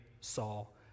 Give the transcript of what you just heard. Saul